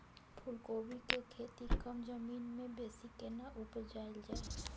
फूलकोबी के खेती कम जमीन मे बेसी केना उपजायल जाय?